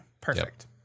Perfect